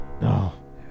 No